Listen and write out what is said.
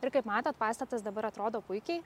ir kaip matot pastatas dabar atrodo puikiai